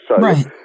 Right